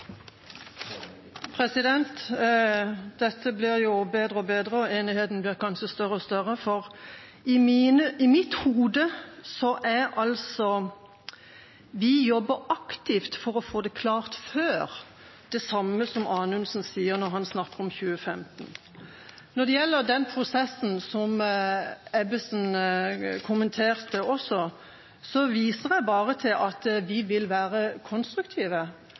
Dette blir jo bedre og bedre, og enigheten blir kanskje større og større, for vi jobber aktivt for å få det klart før, det samme som Anundsen sier når han snakker om 2015. Når det gjelder den prosessen som Ebbesen kommenterte også, viser jeg bare til at vi vil være konstruktive,